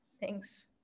Thanks